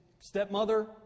Stepmother